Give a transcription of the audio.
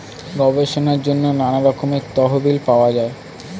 গবেষণার জন্য নানা রকমের তহবিল পাওয়া যায়